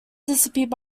disappeared